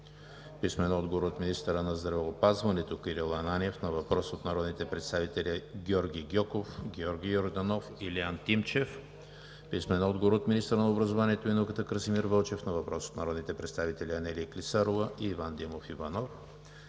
Николай Цонков; - министъра на здравеопазването на Кирил Ананиев на въпрос от народните представители Георги Гьоков, Георги Йорданов и Илиян Тимчев; - министъра на образованието и науката Красимир Вълчев на въпрос от народните представители Анелия Клисарова и Иван Димов Иванов;